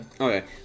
Okay